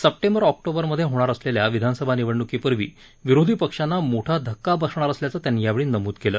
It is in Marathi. सप्टेंबर ऑक्टोबर मध्ये होणार असलेल्या विधानसभा निवडणुकीपूर्वी विरोधी पक्षांना मोठा धक्का बसणार असल्याचं त्यांनी यावेळी नमूद केलं